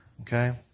Okay